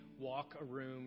walk-a-room